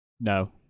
No